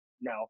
No